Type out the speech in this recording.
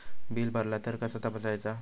Bill भरला तर कसा तपसायचा?